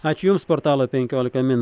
ačiū jums portalo penkiolika min